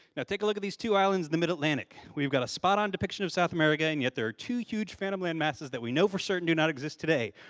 take a look at these two islands the mid-atlantic. we've got a spot on depiction of south america and yet there to huge phantom land masses that we know for certain do not exist today.